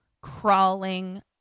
crawling